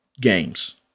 games